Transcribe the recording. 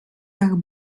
nach